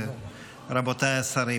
רבותיי השרים,